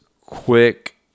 quick